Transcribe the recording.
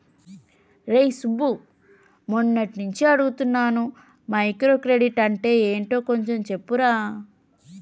రేయ్ సుబ్బు, మొన్నట్నుంచి అడుగుతున్నాను మైక్రో క్రెడిట్ అంటే యెంటో కొంచెం చెప్పురా